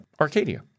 Arcadia